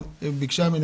אבל היא ביקשה ממני,